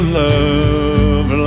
love